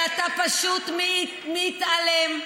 כי אתה פשוט מתעלם,